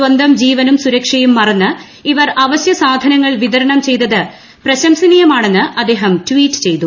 സ്വന്തം ജീവനീം സുരക്ഷയും മറന്ന് ഇവർ അവശ്യ സാധനങ്ങൾ വിതരണം ചെയ്ത്രത് പ്രശംസനീയമാണെന് അദ്ദേഹം ട്വീറ്റ് ചെയ്തു